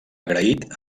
agraït